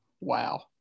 wow